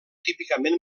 típicament